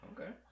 Okay